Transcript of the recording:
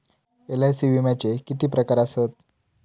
LIC विम्याचे किती प्रकार आसत?